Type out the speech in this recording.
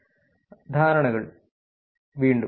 ധാരണകൾ വീണ്ടും